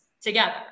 together